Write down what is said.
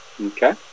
Okay